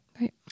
Right